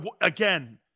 Again